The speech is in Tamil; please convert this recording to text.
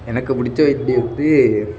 எனக்குப் பிடிச்ச